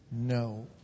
no